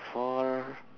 four